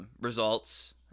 results